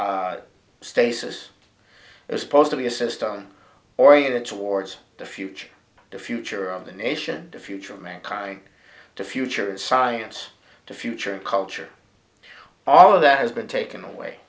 it stay says it was supposed to be a system oriented towards the future the future of the nation the future of mankind to future science to future culture all of that has been taken away